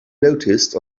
noticed